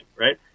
right